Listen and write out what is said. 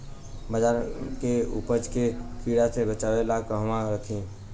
बाजरा के उपज के कीड़ा से बचाव ला कहवा रखीं?